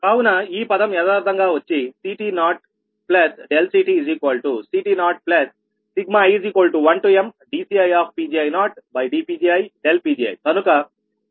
కావున ఈ పదం యదార్ధంగా వచ్చి CT0CTCT0i1mdCiPgi0dPgiPgiకనుక CT0 CT0రద్దు అయిపోతాయి